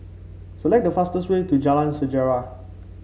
select the fastest way to Jalan Sejarah